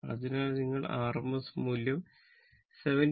അതിനാൽ നിങ്ങൾ rms മൂല്യം 70